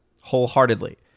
Wholeheartedly